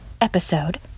episode